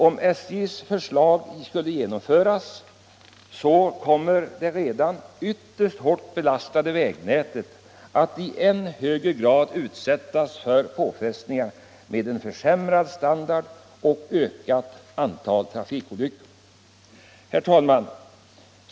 Om SJ:s förslag skulle genomföras, kommer det redan ytterst hårt belastade vägnätet att i än högre grad utsättas för påfrestningar med försämrad standard och ökat antal trafikolyckor som följd. Herr talman!